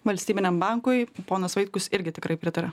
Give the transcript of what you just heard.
valstybiniam bankui ponas vaitkus irgi tikrai pritaria